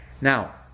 Now